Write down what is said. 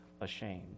ashamed